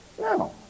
No